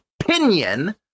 opinion